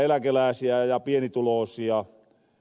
eläkelääsiä ja pie nituloosia